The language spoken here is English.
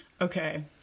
okay